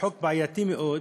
חוק בעייתי מאוד,